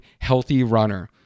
HEALTHYRUNNER